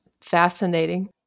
fascinating